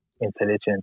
intelligence